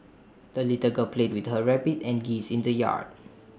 the little girl played with her rabbit and geese in the yard